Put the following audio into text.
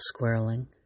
squirreling